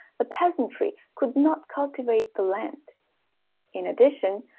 the peasantry could not cultivate the land in addition,